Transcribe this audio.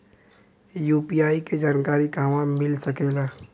UPI के जानकारी कहवा मिल सकेले?